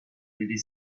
really